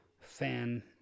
fan